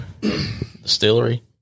distillery